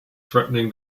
threatening